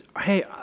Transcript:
hey